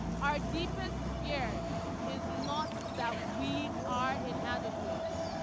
our deepest fear is not that we are inadequate.